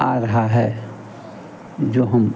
आ रहा है जो हम